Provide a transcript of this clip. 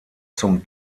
zum